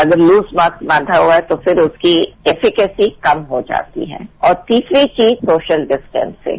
अगर loose mask बांधा हुआ है तो फिर उसकी कैपिसिटी कम हो जाती है और तीसरी चीज सोशल डिस्टेंसिंग